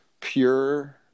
pure